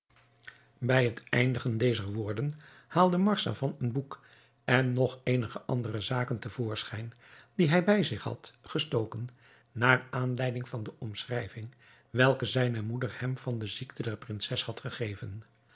bij het eindigen dezer woorden haalde marzavan een boek en nog eenige andere zaken te voorschijn die hij bij zich had gestoken naar aanleiding van de omschrijving welke zijne moeder hem van de ziekte der prinses had gegeven